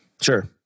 Sure